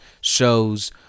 shows